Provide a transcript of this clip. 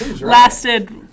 Lasted